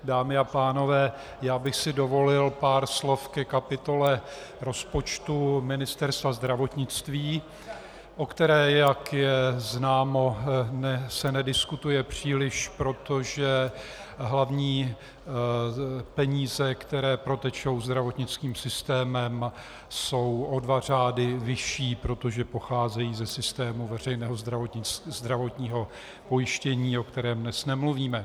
Dámy a pánové, já bych si dovolil pár slov ke kapitole rozpočtu Ministerstva zdravotnictví, o které, jak je známo, se nediskutuje příliš, protože hlavní peníze, které protečou zdravotnickým systémem, jsou o dva řády vyšší, protože pocházejí ze systému veřejného zdravotního pojištění, o kterém dnes nemluvíme.